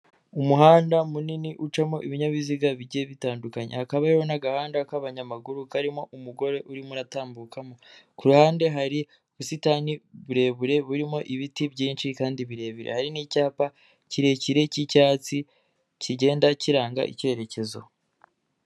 Umuhanda munini ucamo ibinyabiziga bigiye bitandukanye, hakaba hariho n'agahanda k'ayamaguru karimo umugore urimo uratambukamo, ku ruhande hari ubusitani burebure burimo ibiti byinshi kandi birebire, hari n'icyapa kirekire cy'icyatsi kigenda kiranga icyerekezo.